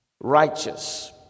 righteous